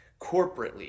corporately